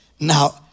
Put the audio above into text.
Now